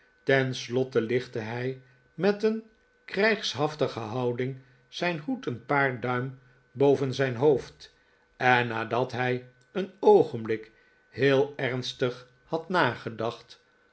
tenslotte lichtte hij met een krijgshaftige houding zijn hoed een paar duim bbven zijn hoofd en nadat hij een oogenblik heel eifastig had nagedacht